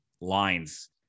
lines